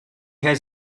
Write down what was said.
has